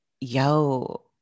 yo